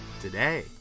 today